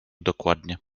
dokładnie